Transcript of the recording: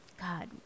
God